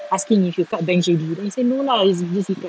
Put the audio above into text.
asking if you cut bangs already then you said no lah it's just wake up